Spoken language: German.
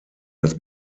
das